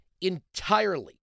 entirely